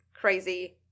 crazy